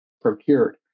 procured